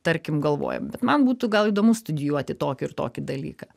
tarkim galvoja bet man būtų gal įdomu studijuoti tokį ir tokį dalyką